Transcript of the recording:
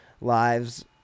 lives